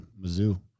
Mizzou